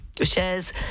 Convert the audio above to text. Shares